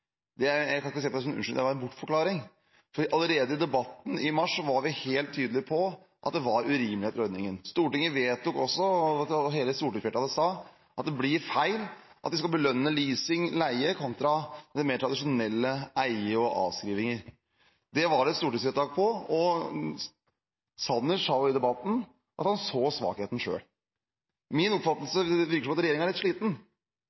Jeg ser ikke på det som en unnskyldning. Det var en bortforklaring, for allerede i debatten i mars var vi helt tydelige på at det var urimeligheter ved ordningen. Stortinget vedtok også – og hele stortingsflertallet sa – at det blir feil at vi skal belønne leasing/leie kontra det mer tradisjonelle: eie og avskrivninger. Det var det et stortingsvedtak på, og Sanner sa jo i debatten at han så svakheten selv. Min oppfatning er at det virker som om regjeringen er litt sliten,